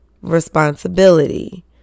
responsibility